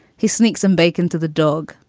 he sneaks and bacon to the dog.